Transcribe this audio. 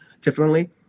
differently